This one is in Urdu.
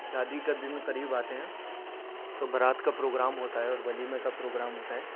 شادی کا دن قریب آتے ہیں تو برات کا پروگرام ہوتا ہے اور ولیمے کا پروگرام ہوتا ہے